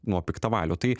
nuo piktavalių tai